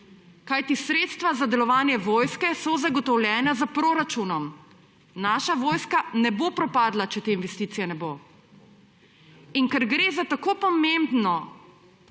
kajti sredstva za delovanje vojske so zagotovljena s proračunom? Naša vojska ne bo propadla, če te investicije ne bo. In ker gre za tako pomembno